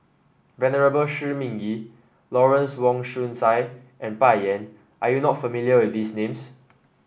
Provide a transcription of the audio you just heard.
Venerable Shi Ming Yi Lawrence Wong Shyun Tsai and Bai Yan are you not familiar with these names